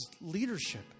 leadership